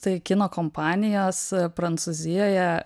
tai kino kompanijos prancūzijoje